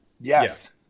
Yes